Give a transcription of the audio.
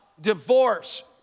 Divorce